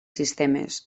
sistemes